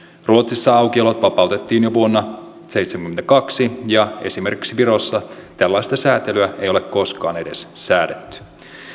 ruotsissa aukiolot vapautettiin jo vuonna seitsemänkymmentäkaksi ja esimerkiksi virossa tällaista säätelyä ei ole koskaan edes säädetty